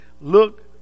Look